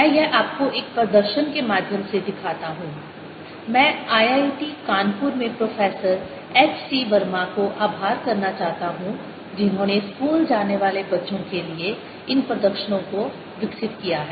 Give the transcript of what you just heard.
मैं यह आपको एक प्रदर्शन के माध्यम से दिखाता हूं मैं IIT कानपुर में प्रोफेसर H C वर्मा को आभार करना चाहता हूं जिन्होंने स्कूल जाने वाले बच्चों के लिए इन प्रदर्शनों को विकसित किया है